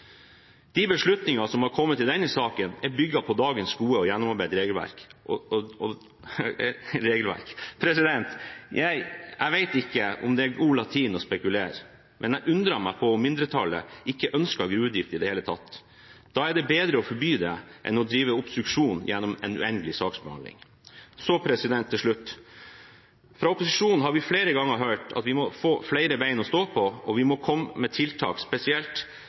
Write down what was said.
saken, er bygd på dagens gode og gjennomarbeidede regelverk Jeg vet ikke om det er god latin å spekulere, men jeg undrer meg på om mindretallet ikke ønsker gruvedrift i det hele tatt. Da er det bedre å forby det enn å drive obstruksjon gjennom en uendelig saksbehandling. Så til slutt: Fra opposisjonen har vi flere ganger hørt at vi må få flere bein å stå på, og vi må komme med tiltak, spesielt